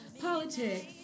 politics